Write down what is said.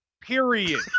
Period